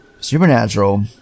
supernatural